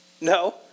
No